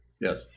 Yes